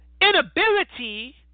inability